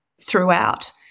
throughout